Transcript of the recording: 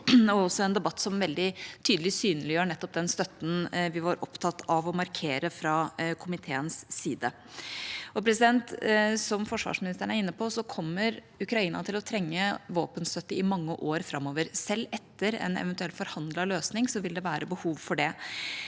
men også en debatt som veldig tydelig synliggjør den støtten vi har vært opptatt av å markere fra komiteens side. Som forsvarsministeren er inne på, kommer Ukraina til å trenge våpenstøtte i mange år framover. Selv etter en eventuell forhandlet løsning vil det være behov for det.